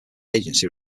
agency